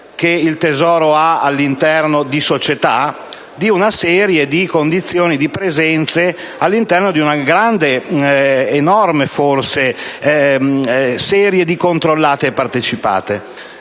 che il Tesoro ha all'interno di società, di una serie di condizioni di presenze all'interno di una grande, enorme forse, serie di controllate e partecipate.